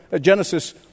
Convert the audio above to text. Genesis